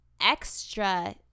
extra